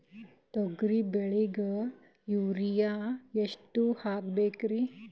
ತೊಗರಿ ಬೆಳಿಗ ಯೂರಿಯಎಷ್ಟು ಹಾಕಬೇಕರಿ?